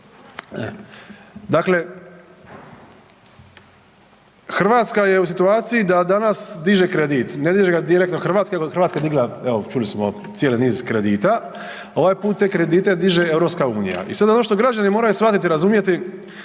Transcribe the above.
Dakle, Hrvatska je u situaciji da danas diže kredit, ne diže ga direktno Hrvatska nego Hrvatska je digla evo čuli smo cijeli niz kredita, ovaj puta te kredite diže EU i sad ono što građani moraju shvatiti i razumjeti